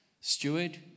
steward